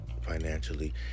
financially